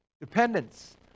Dependence